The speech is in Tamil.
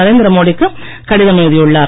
நரேந்திர மோடி க்கு கடிதம் எழுதியுள்ளார்